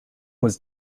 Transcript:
was